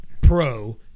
Pro